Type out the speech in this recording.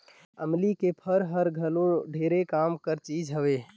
अमली के फर हर घलो ढेरे काम कर चीज हवे